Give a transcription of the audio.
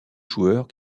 joueurs